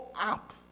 up